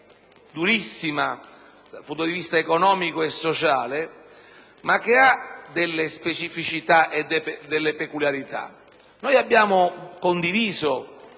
durissima dal punto di vista economico e sociale ma che ha delle specificità e delle peculiarità.